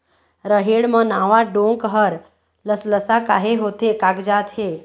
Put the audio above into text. रहेड़ म नावा डोंक हर लसलसा काहे होथे कागजात हे?